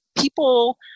people